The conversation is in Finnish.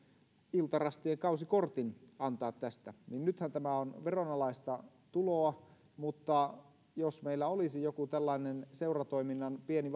iltarastien kausikortin antaa tästä nythän tämä on veronalaista tuloa mutta jos meillä olisi joku tällainen seuratoiminnan pieni